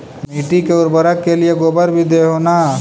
मिट्टी के उर्बरक के लिये गोबर भी दे हो न?